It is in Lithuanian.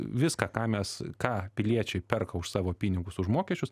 viską ką mes ką piliečiai perka už savo pinigus už mokesčius